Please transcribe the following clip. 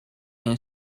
een